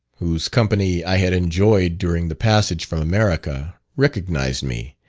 whose company i had enjoyed during the passage from america, recognised me,